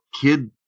Kid